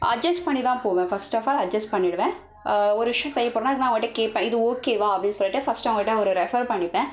adjust பண்ணி தான் போவன் ஃபர்ஸ்ட்டஃபால் அட்ஜஸ்ட் பண்ணிடுவேன் ஒரு விஷயம் செய்யப்போகிறனா இல்லைன்னா அவங்க கிட்டே கேட்பன் இது ஓகேவா அப்படின்னு சொல்லிட்டு ஃபர்ஸ்ட்டு அவங்க கிட்டே ஒரு ரெஃபர் பண்ணிப்பேன்